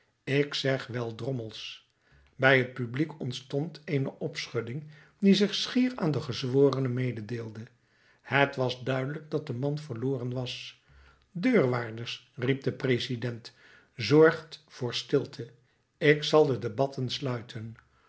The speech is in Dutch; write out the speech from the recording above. ik zeg wel drommels bij het publiek ontstond eene opschudding die zich schier aan de gezworenen mededeelde het was duidelijk dat de man verloren was deurwaarders riep de president zorgt voor stilte ik zal de debatten sluiten